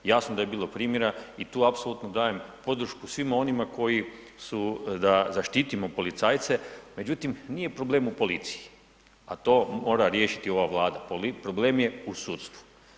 Jasno da je bilo promjera i tu apsolutno dajem podršku svima onima koji su da zaštitimo policajce međutim nije problem u policiji a to mora riješiti ova Vlada, problem je u sudstvu.